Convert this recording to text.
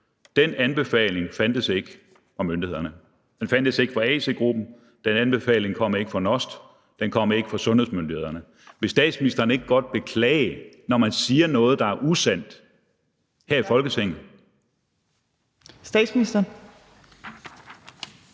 den anbefaling fra myndighederne ikke fandtes – den kom ikke fra AC-gruppen, den kom ikke fra NOST, den kom ikke fra sundhedsmyndighederne. Vil statsministeren ikke godt beklage, når hun siger noget, der er usandt, her i Folketinget?